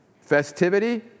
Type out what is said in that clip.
Festivity